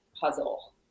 puzzle